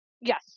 yes